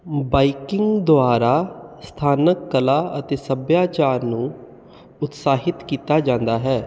biking ਦੁਆਰਾ ਸਥਾਨਕ ਕਲਾ ਅਤੇ ਸੱਭਿਆਚਾਰ ਨੂੰ ਉਤਸਾਹਿਤ ਕੀਤਾ ਜਾਂਦਾ ਹੈ